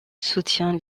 soutient